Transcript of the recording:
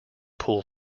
pool